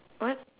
what